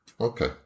Okay